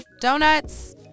donuts